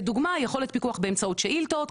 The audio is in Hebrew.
לדוגמא יכולת פיקוח באמצעות שאילתות,